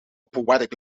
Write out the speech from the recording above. poetic